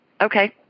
Okay